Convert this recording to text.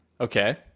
Okay